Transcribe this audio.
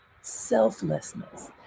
selflessness